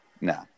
No